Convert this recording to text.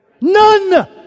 None